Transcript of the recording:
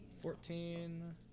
Fourteen